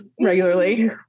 regularly